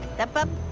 step up.